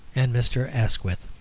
and mr. asquith.